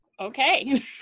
Okay